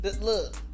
Look